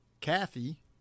Kathy